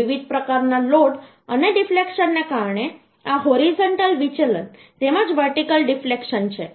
વિવિધ પ્રકારના લોડ અને ડિફ્લેક્શનને કારણે આ હોરિઝોન્ટલ વિચલન તેમજ વર્ટિકલ ડિફ્લેક્શન છે